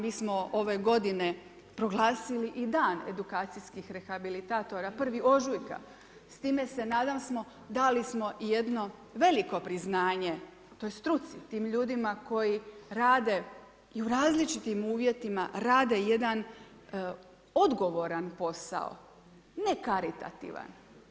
Mi smo ove godine proglasili i dan edukacijskih rehabilitatora 1. ožujka, s time se nadam se, dali smo jedno veliko priznanje toj struci, tim ljudima koji rade i u različitim uvjetima, rade jedan odgovoran posao, ne karitativan.